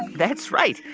that's right.